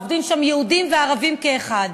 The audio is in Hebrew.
עובדים שם יהודים וערבים כאחד,